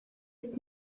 ist